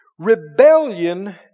Rebellion